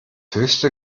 höchste